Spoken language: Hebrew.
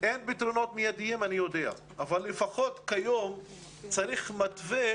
אני יודע שאין פתרונות מיידיים אבל לפחות כיום צריך מתווה